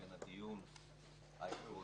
לכן הדיון העקרוני,